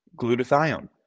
glutathione